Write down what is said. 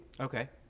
Okay